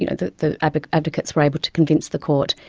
you know the the but advocates were able to convince the court,